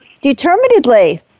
determinedly